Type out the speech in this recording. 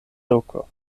loko